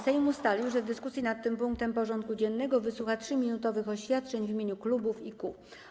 Sejm ustalił, że w dyskusji nad tym punktem porządku dziennego wysłucha 3-minutowych oświadczeń w imieniu klubów i kół.